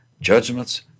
judgments